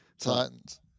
Titans